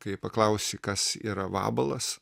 kai paklausi kas yra vabalas